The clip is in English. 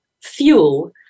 fuel